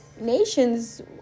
nations